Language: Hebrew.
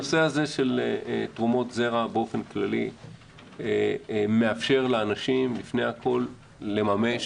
הנושא של תרומות זרע באופן כללי מאפשר לאנשים לפני הכל לממש